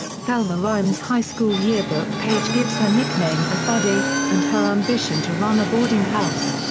thelma ryan's high-school yearbook page gives her nickname as buddy and her ambition to run a boarding house.